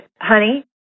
honey